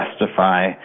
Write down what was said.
justify